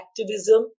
activism